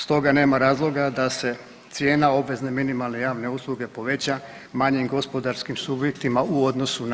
Stoga nema razloga da se cijena obvezne minimalne javne usluge poveća manjim gospodarskim subjektima u odnosu na veće.